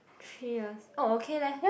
three years oh okay leh